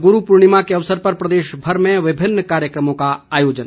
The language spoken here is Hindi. गुरू पूर्णिमा के अवसर पर प्रदेशभर में विभिन्न कार्यक्रमों का आयोजन